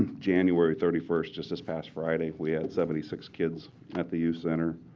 january thirty first, just this past friday, we had seventy six kids at the youth center.